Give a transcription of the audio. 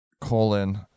colon